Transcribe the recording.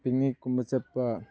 ꯄꯤꯛꯅꯤꯛꯀꯨꯝꯕ ꯆꯠꯄ